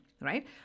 Right